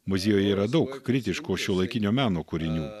muziejuje yra daug kritiško šiuolaikinio meno kūrinių